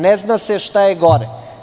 Ne zna se šta je gore.